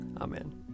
Amen